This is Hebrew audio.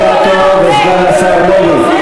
חברת הכנסת פנינה תמנו-שטה וסגן השר לוי.